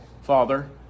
Father